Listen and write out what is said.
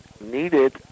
needed